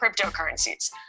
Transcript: cryptocurrencies